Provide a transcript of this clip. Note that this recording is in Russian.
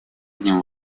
одним